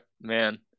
man